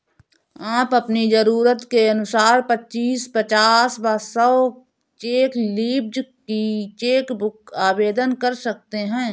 आप अपनी जरूरत के अनुसार पच्चीस, पचास व सौ चेक लीव्ज की चेक बुक आवेदन कर सकते हैं